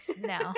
no